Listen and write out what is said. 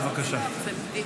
בבקשה.